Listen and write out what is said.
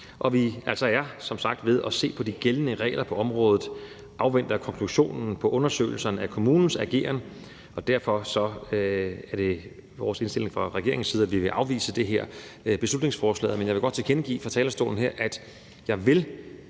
sagt ved at se på de gældende regler på området og afventer konklusionen på undersøgelserne af kommunens ageren. Derfor er det vores indstilling fra regeringens side, at vi vil afvise det her beslutningsforslag, men jeg vil godt tilkendegive her fra talerstolen, at jeg,